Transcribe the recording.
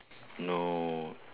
no